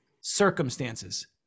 circumstances